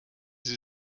sie